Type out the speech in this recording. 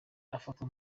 afatwa